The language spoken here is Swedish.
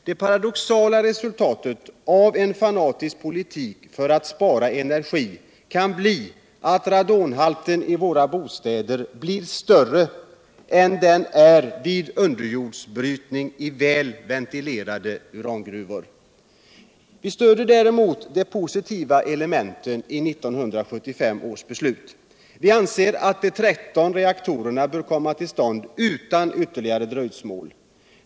Det paradoxala resultatet av en fanatisk politik för att spara energi kan bli att radonhalten i våra bostäder blir större än den är vid underjordsbrytning i väl ventilerade urangruvor. Vistöder däremot de positiva elementen i 1975 års beslut. Vi anser att de 13 reaktorerna bör komma till stånd utan ytterligare dröjsmål.